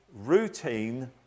routine